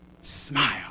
smile